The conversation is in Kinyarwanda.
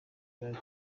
bari